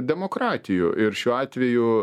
demokratijų ir šiuo atveju